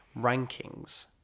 rankings